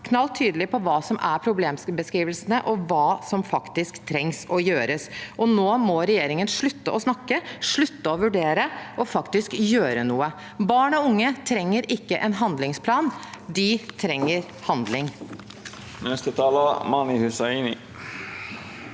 knall tydelig på hva som er problembeskrivelsene, og hva som faktisk trengs å gjøres. Nå må regjeringen slutte å snakke, slutte å vurdere og faktisk gjøre noe. Barn og unge trenger ikke en handlingsplan. De trenger handling. Mani Hussaini